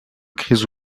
grise